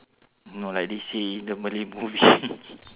know like this scene the malay movie